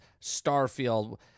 Starfield